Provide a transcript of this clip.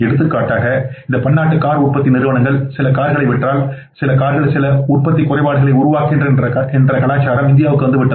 எடுத்துக்காட்டாக இந்த பன்னாட்டு கார் உற்பத்தி நிறுவனங்கள் சில கார்களை விற்றால் சில கார்கள் சில உற்பத்தி குறைபாடுகளை உருவாக்குகின்றன என்று கலாச்சாரம் இந்தியாவுக்கு வந்துவிட்டது